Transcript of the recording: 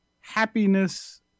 happiness